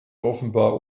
offenbar